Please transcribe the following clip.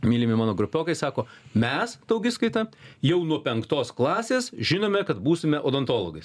mylimi mano grupiokai sako mes daugiskaita jau nuo penktos klasės žinome kad būsime odontologais